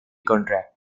contract